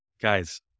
guys